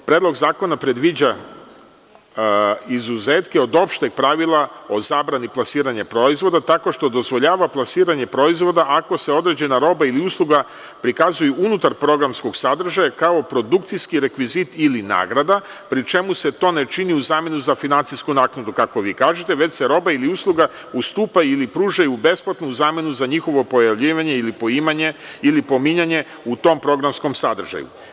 Predlog zakona predviđa izuzetke od opšteg pravila o zabrani plasiranja proizvoda tako što dozvoljava plasiranje proizvoda ako se određena roba ili usluga prikazuje unutar programskog sadržaja kao produkcijski rekvizit ili nagrada, pri čemu se to ne čini u zamenu za finansijsku naknadu, kako vi kažete, već se roba ili usluga ustupa ili pruža besplatno u zamenu za njihovo pojavljivanje ili pominjanje u tom programskom sadržaju.